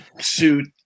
suit